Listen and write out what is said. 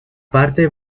parte